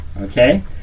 Okay